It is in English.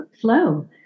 flow